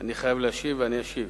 אני חייב להשיב ואני אשיב.